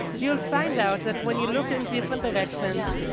you will find out that when you look in different directions,